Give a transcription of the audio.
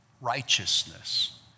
righteousness